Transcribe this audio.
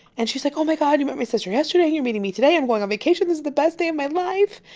and she's like, oh my god you, met my sister yesterday and you're meeting me today, i'm going on vacation. this is the best day of my life.